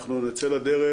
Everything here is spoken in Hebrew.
אנחנו נצא לדרך.